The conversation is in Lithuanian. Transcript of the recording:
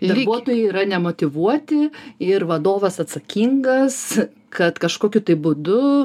darbuotojai yra nemotyvuoti ir vadovas atsakingas kad kažkokiu būdu